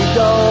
go